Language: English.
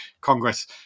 Congress